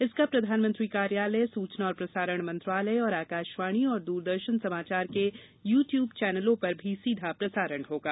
इसका प्रधानमंत्री कार्यालय सूचना और प्रसारण मंत्रालय तथा आकाशवाणी और दूरदर्शन समाचार के यू ट्यूब चैनलों पर भी सीधा प्रसारण होगा